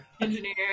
engineer